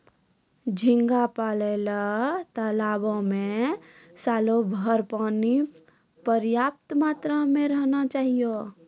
झींगा पालय ल तालाबो में सालोभर पानी पर्याप्त मात्रा में रहना चाहियो